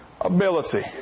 ability